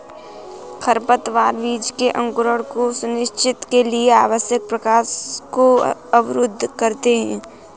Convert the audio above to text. खरपतवार बीज के अंकुरण को सुनिश्चित के लिए आवश्यक प्रकाश को अवरुद्ध करते है